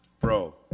bro